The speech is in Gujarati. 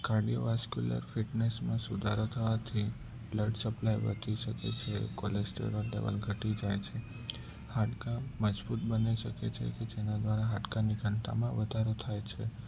કાર્ડિયો વાસ્ક્યુલર ફિટનેસનો સુધારો થવાથી બ્લડ સપ્લાય વધી શકે છે કોલેસ્ટરોન લેવલ ઘટી જાય છે હાડકાં મજબૂત બની શકે છે કે જેના દ્વારા હાડકાંની ઘનતામાં વધારો થાય છે